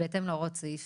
בהתאם להוראות סעיף